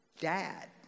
dad